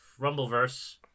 Rumbleverse